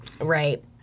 Right